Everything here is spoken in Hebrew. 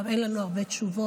גם אין לנו הרבה תשובות.